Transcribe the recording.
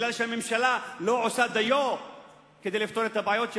בגלל שהממשלה לא עושה די כדי לפתור את הבעיות שלהם,